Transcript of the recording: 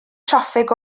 traffig